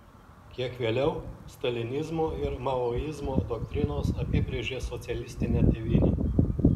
kiek vėliau stalinizmo ir maoizmo doktrinos apibrėžė socialistinę tėvynę